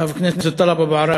חבר הכנסת טלב אבו עראר,